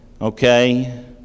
okay